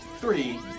three